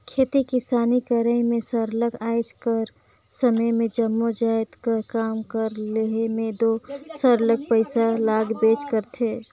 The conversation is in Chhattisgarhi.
खेती किसानी करई में सरलग आएज कर समे में जम्मो जाएत कर काम कर लेहे में दो सरलग पइसा लागबेच करथे